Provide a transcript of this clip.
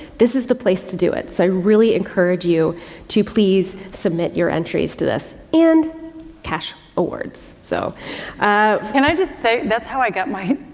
this is the place to do it. so, i really encourage you to please submit your entries to this and cash awards, so. and i just say, that's how i got my,